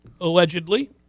allegedly